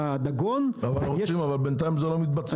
אבל בינתיים זה לא מתבצע.